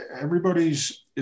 everybody's